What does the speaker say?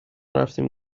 رفتیم